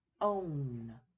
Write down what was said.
own